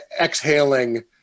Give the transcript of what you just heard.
exhaling